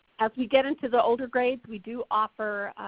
as we get into the older grades we do offer,